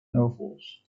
novels